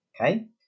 Okay